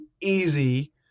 easy